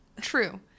true